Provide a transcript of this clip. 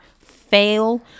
fail